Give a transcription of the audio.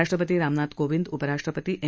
राष्ट्रपती रामनाथ कोविंद उपराष्ट्रपती एम